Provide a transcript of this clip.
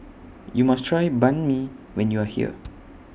YOU must Try Banh MI when YOU Are here